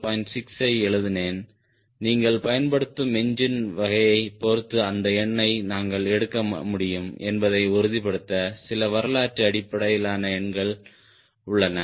6 ஐ எழுதினேன் நீங்கள் பயன்படுத்தும் என்ஜின் வகையைப் பொறுத்து அந்த எண்ணை நாங்கள் எடுக்க முடியும் என்பதை உறுதிப்படுத்த சில வரலாற்று அடிப்படையிலான எண்கள் உள்ளன